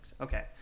okay